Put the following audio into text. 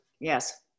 Yes